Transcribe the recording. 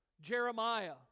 Jeremiah